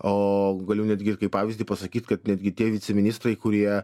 o galiu netgi ir kaip pavyzdį pasakyt kad netgi tie viceministrai kurie